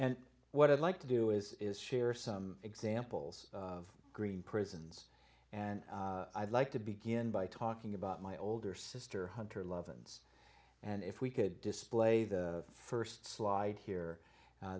and what i'd like to do is share some examples of green prisons and i'd like to begin by talking about my older sister hunter love and and if we could display the st slide here